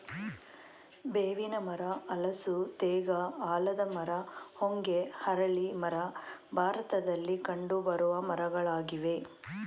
ಬೇವಿನ ಮರ, ಹಲಸು, ತೇಗ, ಆಲದ ಮರ, ಹೊಂಗೆ, ಅರಳಿ ಮರ ಭಾರತದಲ್ಲಿ ಕಂಡುಬರುವ ಮರಗಳಾಗಿವೆ